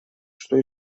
что